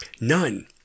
None